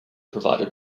provided